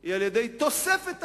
היא על-ידי תוספת תקציב,